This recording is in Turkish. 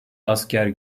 asker